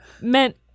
meant